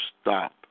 stop